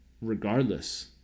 Regardless